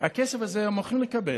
את הכסף הזה הם הולכים לקבל,